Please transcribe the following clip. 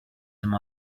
some